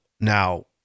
now